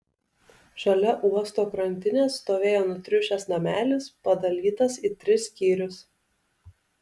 šalia uosto krantinės stovėjo nutriušęs namelis padalytas į tris skyrius